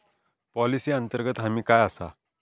Policy अंतर्गत हमी काय आसा?